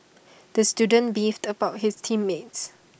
the student beefed about his team mates